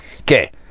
okay